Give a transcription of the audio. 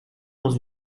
dans